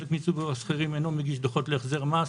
חלק מציבור השכירים אינו מגיש דוחות להחזר מס,